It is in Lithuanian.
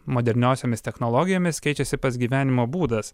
moderniosiomis technologijomis keičiasi pats gyvenimo būdas